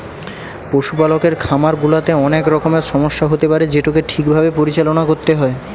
পশুপালকের খামার গুলাতে অনেক রকমের সমস্যা হতে পারে যেটোকে ঠিক ভাবে পরিচালনা করতে হয়